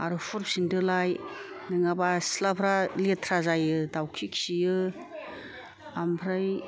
आर होहर फिन्दोलाय नङाबा सिथलाफ्रा लेथ्रा जायो दावखि खियो ओमफ्राय